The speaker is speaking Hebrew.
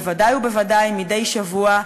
בוודאי ובוודאי מדי שבוע,